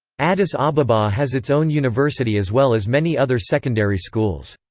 addis ababa has its own university as well as many other secondary schools.